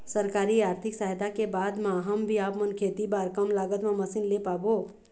सरकारी आरथिक सहायता के बाद मा हम भी आपमन खेती बार कम लागत मा मशीन ले पाबो?